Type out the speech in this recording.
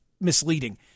misleading